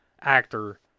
actor